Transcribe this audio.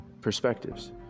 perspectives